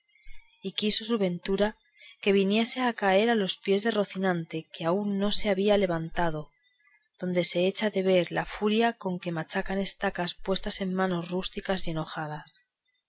y quiso su ventura que viniese a caer a los pies de rocinante que aún no se había levantado donde se echa de ver la furia con que machacan estacas puestas en manos rústicas y enojadas